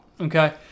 okay